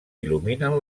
il·luminen